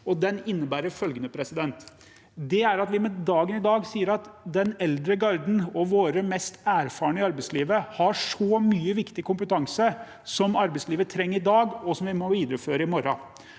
den innebærer følgende: Med dagen i dag sier vi at den eldre garde og våre mest erfarne i arbeidslivet har så mye viktig kompetanse som arbeidslivet trenger i dag, og som vi må videreføre i morgen.